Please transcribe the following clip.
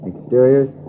Exteriors